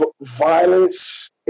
violence